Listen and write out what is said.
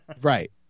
Right